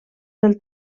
del